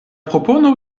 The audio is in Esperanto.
propono